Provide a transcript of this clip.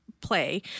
play